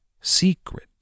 secret